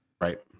right